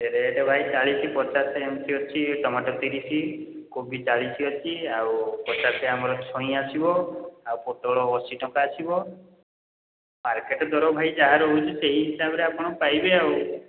rate ଭାଇ ଚାଳିଶ ପଚାଶ ଏମିତି ଅଛି ଟମାଟୋ ତିରିଶ କୋବି ଚାଳିଶ ଅଛି ଆଉ ପଚାଶ ଆମର ଛୁଇଁ ଆସିବ ଆଉ ପୋଟଳ ଅଶି ଟଙ୍କା ଆସିବ ମାର୍କେଟ୍ ଦର ଭାଇ ଯାହା ରହୁଛି ସେହି ହିସାବରେ ଆପଣ ପାଇବେ ଆଉ